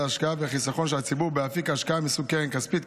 ההשקעה והחיסכון של הציבור באפיק השקעה מסוג קרן כספית.